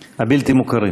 הבלתי-מוכרים.